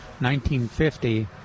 1950